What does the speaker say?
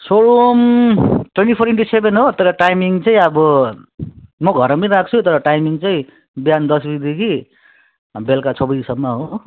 so room twenty four into seven हो तर timing चाहिँ अब म घरमै राख्छु तर टाइमिङ चाहिँ बिहान दस बजेदेखि बेलुका छ बजेसम्म हो